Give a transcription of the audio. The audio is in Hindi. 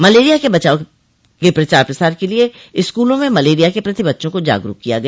मलेरिया से बचाव के प्रचार प्रसार के लिये स्कूलों में मलेरिया के प्रति बच्चों को जागरूक किया गया